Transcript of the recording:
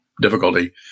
difficulty